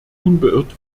unbeirrt